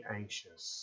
anxious